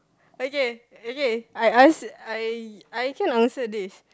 okay okay I ask I I actually answer this